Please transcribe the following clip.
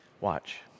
Watch